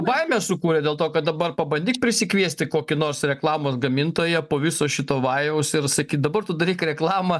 baimę sukūrė dėl to kad dabar pabandyk prisikviesti kokį nors reklamos gamintoją po viso šito vajaus ir sakyt dabar tu daryk reklamą